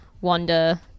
Wanda